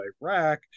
Iraq